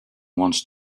wanted